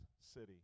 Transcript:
city